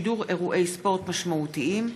(שידור אירועי ספורט משמעותיים),